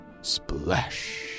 Splash